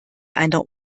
einer